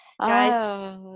Guys